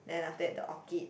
then after that the orchid